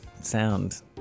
sound